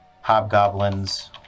Hobgoblins